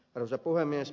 arvoisa puhemies